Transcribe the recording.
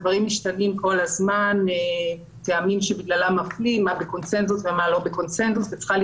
הדברים משתנים כל הזמן וצריכה להיות גמישות בכך.